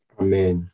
Amen